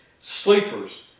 sleepers